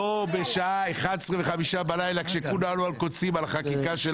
לא בשעה 11:05 בלילה כאשר כולנו על קוצים לגבי החקיקה.